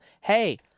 hey